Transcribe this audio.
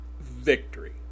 victory